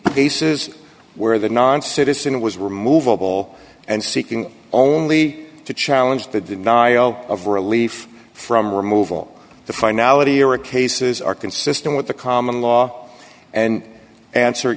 cases where the non citizen was removable and seeking only to challenge the denial of relief from removal to finality or cases are consistent with the common law and answer